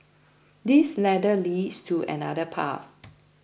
this ladder leads to another path